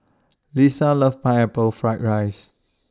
Liza loves Pineapple Fried Rice